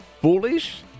foolish